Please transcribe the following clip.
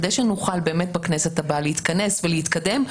כדי שנוכל בכנסת הבאה להתכנס ולהתקדם,